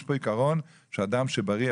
יש פה עיקרון שאדם שהוא בריא,